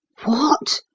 what!